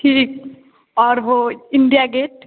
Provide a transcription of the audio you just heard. ठीक और वह इंडिया गेट